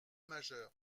majeur